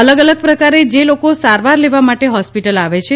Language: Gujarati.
અલગ અલગ પ્રકારે જે લોકો સારવાર લેવા માટે હોસ્પિટલ આવે છે